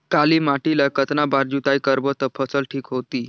काली माटी ला कतना बार जुताई करबो ता फसल ठीक होती?